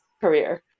career